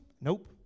Nope